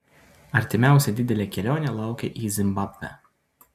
artimiausia didelė kelionė laukia į zimbabvę